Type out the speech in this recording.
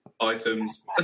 items